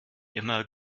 immer